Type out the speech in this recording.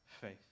faith